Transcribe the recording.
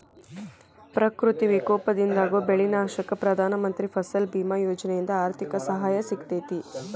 ಪ್ರಕೃತಿ ವಿಕೋಪದಿಂದಾಗೋ ಬೆಳಿ ನಾಶಕ್ಕ ಪ್ರಧಾನ ಮಂತ್ರಿ ಫಸಲ್ ಬಿಮಾ ಯೋಜನೆಯಿಂದ ಆರ್ಥಿಕ ಸಹಾಯ ಸಿಗತೇತಿ